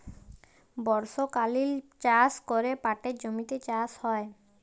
বর্ষকালীল চাষ ক্যরে পাটের জমিতে চাষ হ্যয়